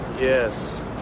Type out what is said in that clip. Yes